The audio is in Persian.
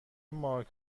مارک